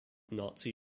nazi